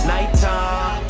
Nighttime